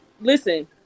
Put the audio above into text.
Listen